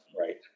right